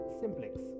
simplex